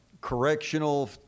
correctional